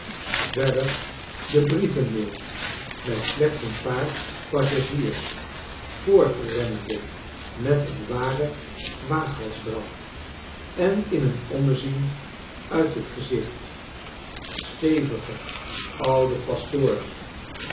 verder de brievenmail met slechts een paar passagiers voortrennende met een waren waaghalsdraf en in een ommezien uit het gezicht stevige oude pastoors